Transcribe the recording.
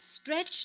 Stretch